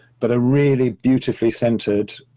but a really beautifully centered,